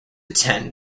attend